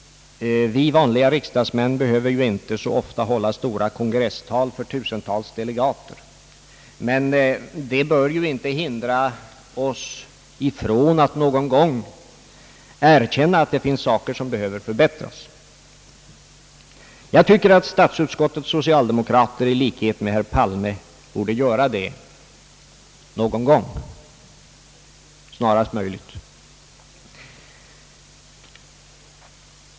Vi vanliga riksdagsmän behöver ju inte så ofta hålla stora kongresstal inför tusentals delegater, men det bör inte hindra oss från att någon gång erkänna att det finns saker som behöver förbättras. Jag tycker att statsutskottets socialdemokrater i likhet med herr Palme borde göra det någon gång — snarast möjligt.